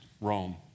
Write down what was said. Rome